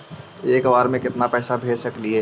एक बार मे केतना पैसा भेज सकली हे?